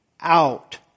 out